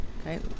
Okay